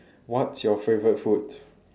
what's your favourite food